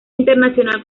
internacional